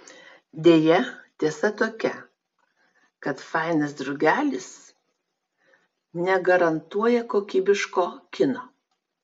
deja tiesa tokia kad fainas draugelis negarantuoja kokybiško kino